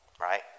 right